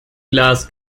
glas